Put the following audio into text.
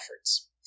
efforts